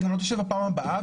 היא גם לא תשב בפעם הבאה,